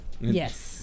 Yes